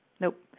Nope